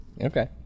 Okay